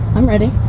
i'm ready,